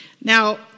Now